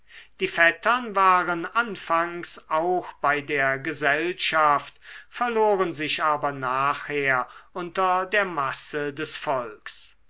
die vettern waren anfangs auch bei der gesellschaft verloren sich aber nachher unter der masse des volks